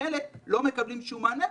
חלק לא מקבלים שום מענה,